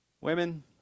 Women